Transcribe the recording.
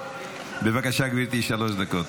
בבקשה, גברתי, שלוש דקות.